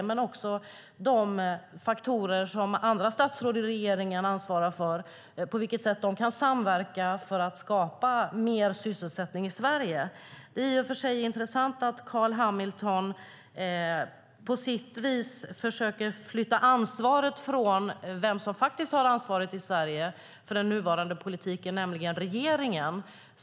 Det gäller också de faktorer som andra statsråd i regeringen ansvarar för och på vilket sätt de kan samverka för att skapa mer sysselsättning i Sverige. Det är i och för sig intressant att Carl B Hamilton på sitt vis försöker flytta ansvaret från den som faktiskt har ansvaret i Sverige för den nuvarande politiken, nämligen regeringen.